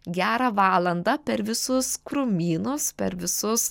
gerą valandą per visus krūmynus per visus